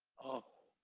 oh.